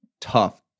tough